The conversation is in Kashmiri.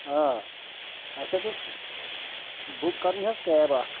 آ اَسہِ حظ اوس بُک کَرٕنۍ حظ کیب اَکھ